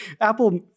Apple